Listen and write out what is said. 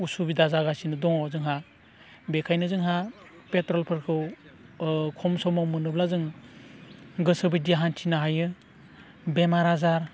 उसुबिदा जागासिनो दङ जोंहा बेखायनो जोंहा पेट्रलफोरखौ खम समाव मोनोब्ला जोङो गोसोबायदि हान्थिनो हायो बेमार आजार